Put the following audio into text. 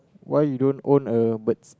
why you don't own a birds